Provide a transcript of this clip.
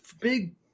big